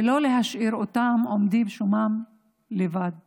ולא להשאיר אותם עומדים לבד שם.